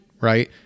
right